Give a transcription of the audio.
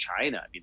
china